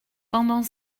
pendant